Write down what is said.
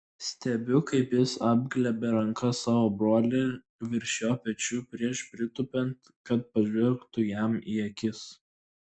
stebiu kaip jis apglėbia ranka savo brolį virš jo pečių prieš pritūpiant kad pažvelgtų jam į akis